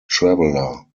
traveler